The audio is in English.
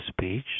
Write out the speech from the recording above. speech